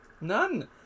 None